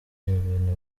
ibintu